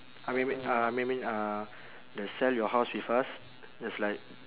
I mean m~ uh I mean I mean uh the sell your house with us there's like